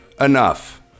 Enough